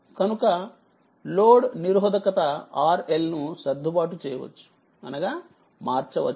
కనుక లోడ్ నిరోధకత RL నుసర్దుబాటు చేయవచ్చు అనగా మార్చవచ్చు